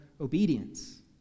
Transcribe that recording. obedience